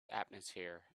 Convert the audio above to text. atmosphere